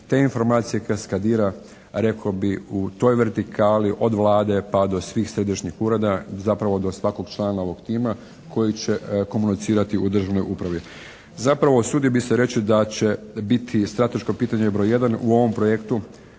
te informacije kastadira rekao bih u toj vertikali od Vlade pa do svih središnjih ureda, zapravo do svakog člana ovog tima koji će komunicirati u državnoj upravi. Zapravo usudio bih se reći da će biti strateško pitanje broj jedan u ovom projektu